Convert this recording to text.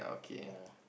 yea